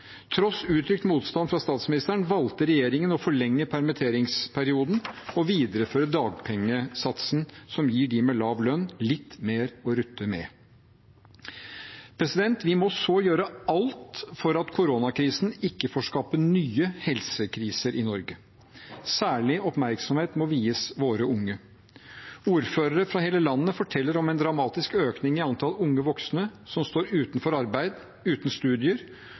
tross for uttrykt motstand fra statsministeren valgte regjeringen å forlenge permitteringsperioden og videreføre dagpengesatsen som gir dem med lav lønn, litt mer å rutte med. Vi må også gjøre alt for at koronakrisen ikke får skape nye helsekriser i Norge. Særlig oppmerksomhet må vies våre unge. Ordførere fra hele landet forteller om en dramatisk økning i antallet unge voksne som står utenfor arbeid, uten studier,